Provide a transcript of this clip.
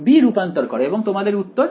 b রূপান্তর করা এবং তোমাদের উত্তর